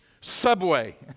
subway